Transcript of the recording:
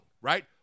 right